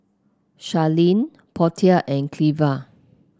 Charlene Portia and Cleva